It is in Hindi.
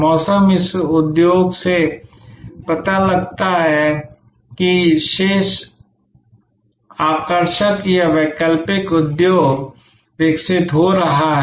मौसम इस उद्योग से पता चलता है कि शेष आकर्षक या वैकल्पिक उद्योग विकसित हो रहा है